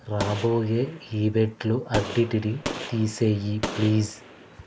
రాబోయే ఈవెంట్లు అన్నింటినీ తీసెయ్యి ప్లీజ్